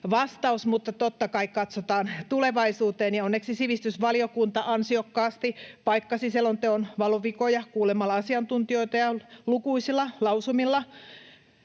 mutta totta kai katsotaan tulevaisuuteen. Ja onneksi sivistysvaliokunta ansiokkaasti paikkasi selonteon valuvikoja kuulemalla asiantuntijoita ja lukuisilla lausumilla